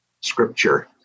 scripture